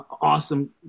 awesome